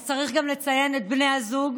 אז צריך גם לציין את בני הזוג,